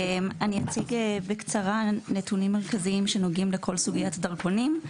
אני אציג בקצרה נתונים מרכזיים שנוגעים לסוגיית הדרכונים,